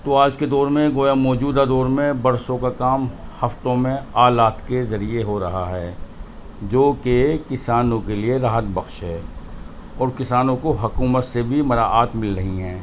تو آج کے دور میں گویا موجودہ دور میں برسوں کا کام ہفتوں میں آلات کے ذریعے ہو رہا ہے جو کہ کسانوں کے لیے راحت بخش ہے اور کسانوں کو حکومت سے بھی مراعات مل رہی ہیں